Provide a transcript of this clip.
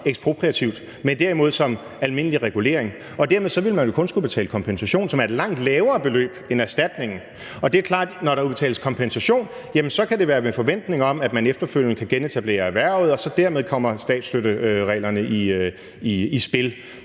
ekspropriativt, men derimod som almindelig regulering. Derved ville man vel kun skulle betale kompensation, som er et langt lavere beløb end erstatningen. Og det er klart, at når der udbetales kompensation, så kan det være med forventning om, at man efterfølgende kan genetablere erhvervet, og dermed kommer statsstøttereglerne så i spil.